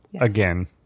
again